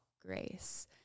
grace